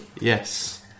Yes